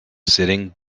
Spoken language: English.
sitting